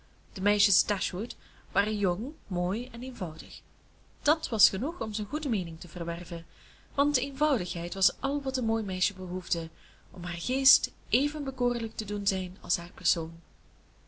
de meisjes dashwood waren jong mooi en eenvoudig dat was genoeg om zijn goede meening te verwerven want eenvoudigheid was al wat een mooi meisje behoefde om haar geest even bekoorlijk te doen zijn als haar persoon